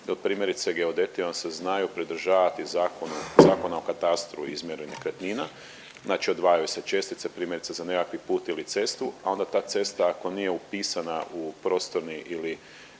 te primjerice geodeti vam se znaju pridržavati Zakona o katastru izmjere nekretnina, znači odvajaju se čestice primjerice za nekakvi put ili cestu, a onda ta cesta ako nije upisana u prostorni ili